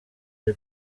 ari